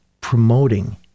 promoting